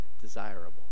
desirable